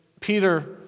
Peter